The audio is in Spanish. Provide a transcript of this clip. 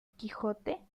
quijote